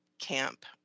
camp